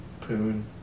Poon